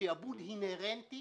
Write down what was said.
שעבוד אינהרנטי